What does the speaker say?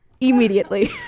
immediately